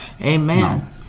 amen